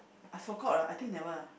I forgot lah I think never lah